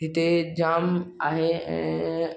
हिते जामु आहे ऐं